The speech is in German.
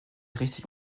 richtige